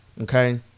Okay